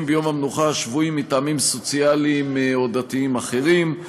ביום המנוחה השבועי מטעמים סוציאליים או דתיים או אחרים.